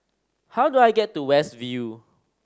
how do I get to West View